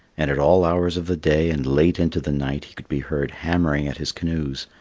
and at all hours of the day and late into the night, he could be heard hammering at his canoes,